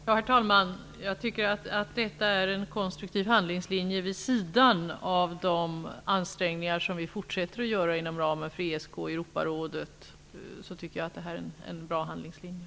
Herr talman! Jag tycker att detta är en bra och konstruktiv handlingslinje vid sidan av de ansträngningar som vi fortsätter att göra inom ramen för ESK och Europarådet.